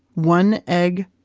one egg,